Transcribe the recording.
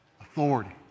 Authority